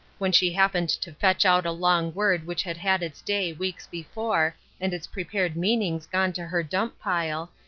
when she happened to fetch out a long word which had had its day weeks before and its prepared meanings gone to her dump-pile,